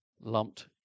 lumped